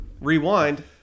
Rewind